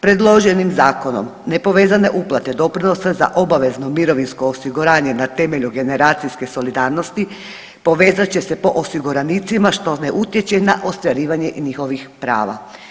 Predloženim zakonom nepovezane uplate doprinosa za obavezno mirovinsko osiguranje na temelju generacijske solidarnosti povezat će se po osiguranicima, što ne utječe na ostvarivanje njihovih prava.